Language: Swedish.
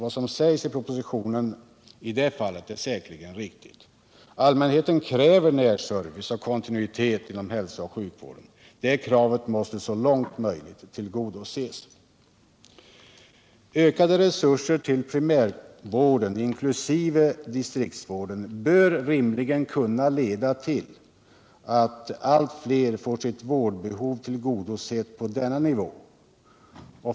Vad som sägs i propositionen i det avseendet är säkerligen riktigt. Allmänheten kräver närservice och kontinuitet inom hälsooch sjukvården. Det kravet måste så långt möjligt tillgodoses. Ökade resurser till primärvården inkl. distriktsvården bör rimligen kunna leda till att allt fler får sitt vårdbehov tillgodosett på denna nivå.